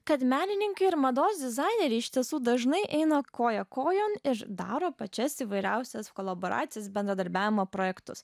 kad menininkai ir mados dizaineriai iš tiesų dažnai eina koja kojon ir daro pačias įvairiausias kolaboracijos bendradarbiavimo projektus